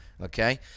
Okay